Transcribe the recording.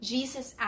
Jesus